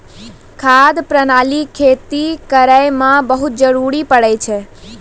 खाद प्रणाली खेती करै म बहुत जरुरी पड़ै छै